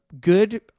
good